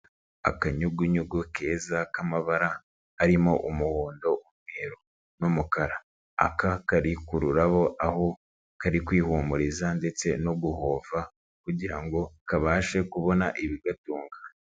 Akanyugunyugu keza k'amabara harimo umuhondo, umweru n'umukara, aka kari ku rurabo aho kari kwihumuriza ndetse no guhova kugira ngo kabashe kubona ibigatunga.